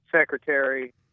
Secretary